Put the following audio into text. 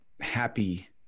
happy